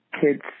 kids